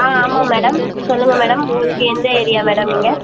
ஆ ஆமாம் மேடம் சொல்லுங்க மேடம் உங்களுக்கு எந்த ஏரியா மேடம் நீங்கள்